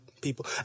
people